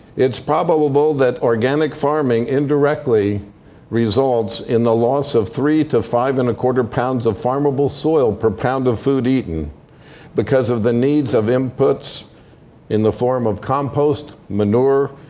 it's probable that organic farming indirectly results in the loss of three to five and a quarter pounds of farmable soil per pound of food eaten because of the needs of inputs in the form of compost, manure,